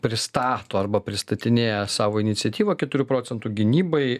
pristato arba pristatinėja savo iniciatyvą keturių procentų gynybai